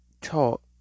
talk